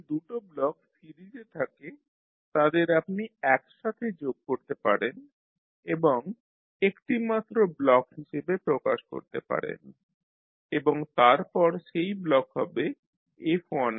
যখন দুটো ব্লক সিরিজে থাকে তাদের আপনি একসাথে যোগ করতে পারেন এবং একটিমাত্র ব্লক হিসাবে প্রকাশ করতে পারেন এবং তারপর সেই ব্লক হবে F1sF2